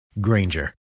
Granger